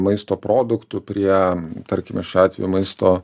maisto produktų prie tarkime šiuo atveju maisto